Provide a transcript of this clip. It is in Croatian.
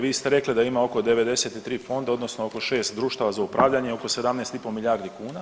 Vi ste rekli da ima oko 93 fonda, odnosno oko 6 društava za upravljanje, oko 17 i pol milijardi kuna.